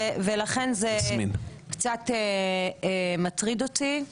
ולכן זה קצת מטריד אותי.